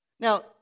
Now